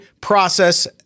process